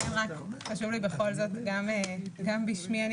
חשוב לי בכל זאת לומר - גם בשמי אני